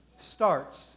starts